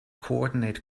coordinate